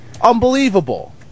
unbelievable